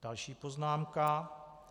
Další poznámka.